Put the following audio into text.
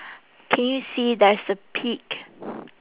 can you see there's a pic~